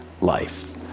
life